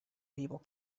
people